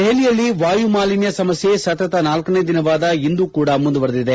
ದೆಹಲಿಯಲ್ಲಿ ವಾಯು ಮಾಲಿನ್ನ ಸಮಸ್ನೆ ಸತತ ನಾಲ್ಕನೇ ದಿನವಾದ ಇಂದೂ ಕೂಡ ಮುಂದುವರಿದಿದೆ